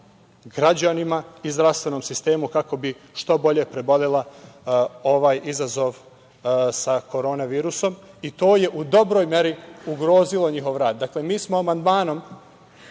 građanima i zdravstvenom sistemu kako bi što bolje prebolela ovaj izazov sa korona virusom. To je u dobroj meri ugrozilo njihov rad. Dakle, mi smo amandmanom